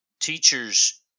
teachers